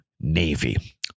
Navy